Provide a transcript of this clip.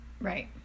Right